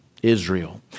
Israel